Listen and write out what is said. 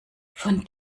von